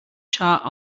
chart